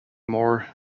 more